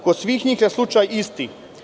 Kod svih njih je slučaj isti.